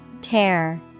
Tear